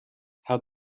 how